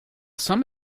some